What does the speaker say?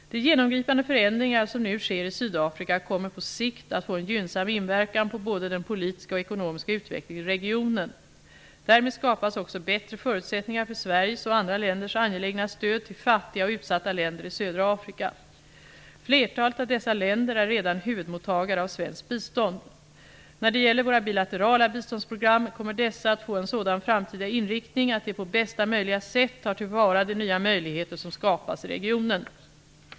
De genomgripande förändringar som nu sker i Sydafrika kommer på sikt att få en gynnsam inverkan på både den politiska och ekonomiska utvecklingen i regionen. Därmed skapas också bättre förutsättningar för Sveriges och andra länders angelägna stöd till fattiga och utsatta länder i södra Afrika. Flertalet av dessa länder är redan huvudmottagare av svenskt bistånd. När det gäller våra bilaterala biståndsprogram kommer dessa att få en sådan framtida inriktning att de på bästa möjliga sätt tar till vara de nya möjligheter som skapas i regionen.